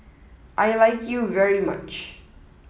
I like you very much